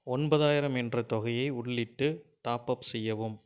ஒன்பதாயிரம் என்ற தொகையை உள்ளிட்டு டாப் அப் செய்யவும்